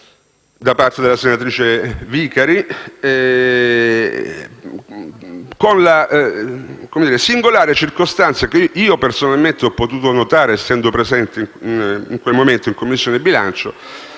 da parte della senatrice Vicari con la singolare circostanza, che ho potuto notare personalmente, essendo presente in quel momento in Commissione bilancio,